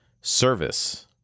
service